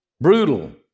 brutal